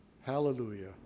hallelujah